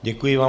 Děkuji vám.